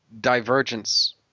divergence